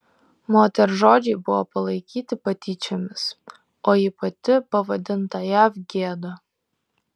moters žodžiai buvo palaikyti patyčiomis o ji pati pavadinta jav gėda